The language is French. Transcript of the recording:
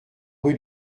rue